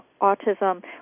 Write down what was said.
autism